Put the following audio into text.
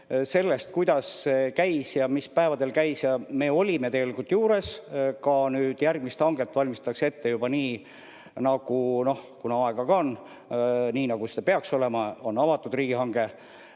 selles, kuidas see käis ja mis päevadel käis, me olime tegelikult juures. Ka nüüd järgmist hanget valmistatakse ette juba nii, kuna aega ka on, nagu see peaks olema. On avatud riigihange